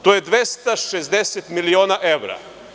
To je 260 miliona evra.